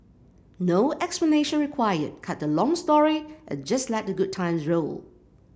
no explanation required cut the long story and just let the good times roll